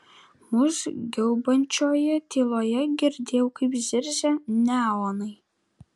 mus gaubiančioje tyloje girdėjau kaip zirzia neonai